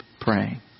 praying